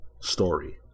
story